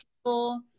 people